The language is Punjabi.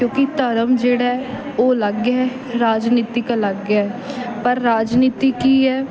ਕਿਉਂਕਿ ਧਰਮ ਜਿਹੜਾ ਉਹ ਅਲੱਗ ਹੈ ਰਾਜਨੀਤਿਕ ਅਲੱਗ ਹੈ ਪਰ ਰਾਜਨੀਤੀ ਕੀ ਹੈ